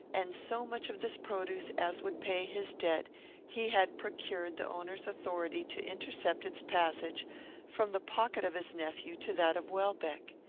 and so much of this produce as would pay his debt he had procured the owner's authority to intercept its passage from the pocket of his nephew to that of welbeck.